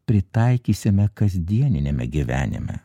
pritaikysime kasdieniniame gyvenime